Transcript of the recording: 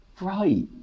right